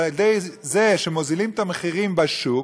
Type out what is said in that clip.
על-ידי זה מורידים את המחיר בשוק,